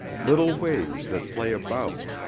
little waves that play about,